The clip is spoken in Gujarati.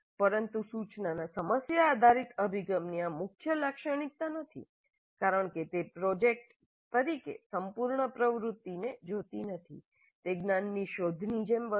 પરંતુ સૂચના નાં સમસ્યા આધારિત અભિગમની આ મુખ્ય લાક્ષણિકતા નથી કારણ કે તે પ્રોજેક્ટ તરીકે સંપૂર્ણ પ્રવૃત્તિને જોતી નથી તે જ્ઞાનની શોધની જેમ વધુ છે